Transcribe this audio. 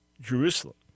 Jerusalem